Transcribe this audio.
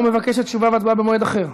או מבקשת תשובה והצבעה במועד אחר?